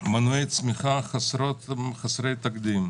מנועי צמיחה חסרי תקדים.